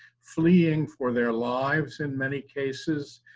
fleeing for their lives in many cases,